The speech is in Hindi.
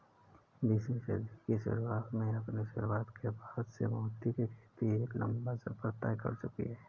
बीसवीं सदी की शुरुआत में अपनी शुरुआत के बाद से मोती की खेती एक लंबा सफर तय कर चुकी है